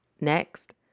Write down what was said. Next